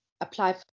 apply